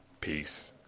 peace